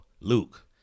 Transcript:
Luke